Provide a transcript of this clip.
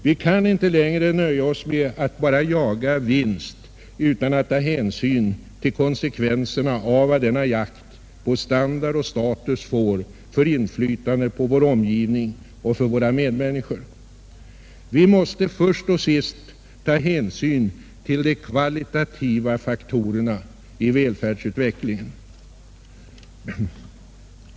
Vi kan inte längre nöja oss med att bara jaga vinst utan att ta hänsyn till konsekvenserna av vad denna jakt på standard och status får för inflytande på vår omgivning och för våra medmänniskor. Vi måste först och sist ta hänsyn till de kvalitativa faktorerna i välfärdsutvecklingen.